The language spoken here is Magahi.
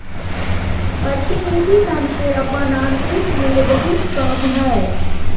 प्रतिनिधि धन के अपन आंतरिक मूल्य बहुत कम हइ